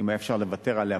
אם היה אפשר לוותר עליה,